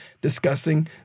discussing